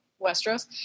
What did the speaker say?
Westeros